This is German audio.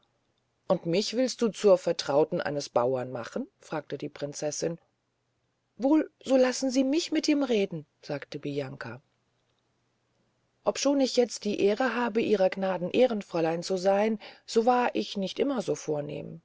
und mich willst du zur vertrauten eines bauren machen fragte die prinzessin wohl so lassen sie mich mit ihm reden sagte bianca obschon ich jetzt die ehre habe ihrer gnaden ehrenfräulein zu seyn so war ich nicht immer so vornehm